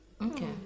Okay